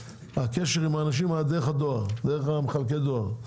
הקשר עם האנשים היה דרך מחלקי הדואר.